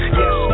yes